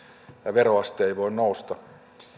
veroaste ei voi nousta